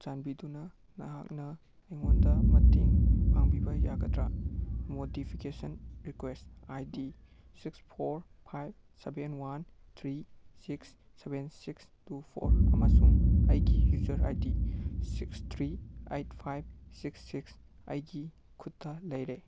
ꯆꯥꯟꯕꯤꯗꯨꯅ ꯅꯍꯥꯛꯅ ꯑꯩꯉꯣꯟꯗ ꯃꯇꯦꯡ ꯄꯥꯡꯕꯤꯕ ꯌꯥꯒꯗ꯭ꯔꯥ modification request I D six four five seven one three six seven six two four ꯑꯃꯁꯨꯡ ꯑꯩꯒꯤ user I D six three eight five six six ꯑꯩꯒꯤ ꯈꯨꯠꯇ ꯂꯩꯔꯦ